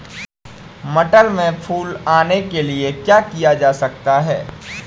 मटर में फूल आने के लिए क्या किया जा सकता है?